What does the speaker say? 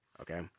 Okay